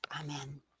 Amen